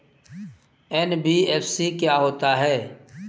NBFC क्या होता है?